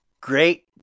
great